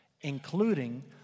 including